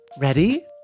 Ready